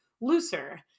looser